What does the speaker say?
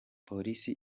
polisi